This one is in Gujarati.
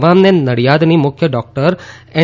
તમામને નડિયાદની મુખ્ય ડોક્ટર એન્